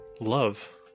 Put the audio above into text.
love